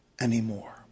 anymore